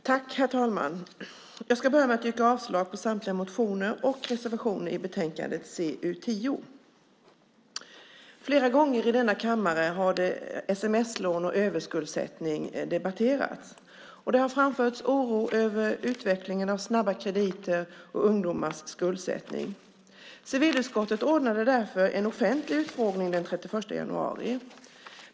Herr talman! Jag börjar med att yrka avslag på samtliga motioner och reservationer i betänkande CU10. Sms-lån och överskuldsättning har debatterats flera gånger i denna kammare. Det har framförts oro över utvecklingen av snabba krediter och ungdomars skuldsättning. Civilutskottet anordnade därför en offentlig utfrågning den 31 januari.